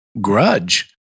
grudge